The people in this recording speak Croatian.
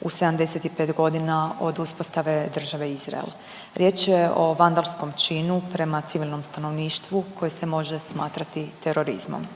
u 75 godina od uspostave države Izrael. Riječ je o vandalskom činu prema civilnom stanovništvu koje se može smatrati terorizmom.